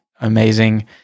amazing